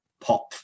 pop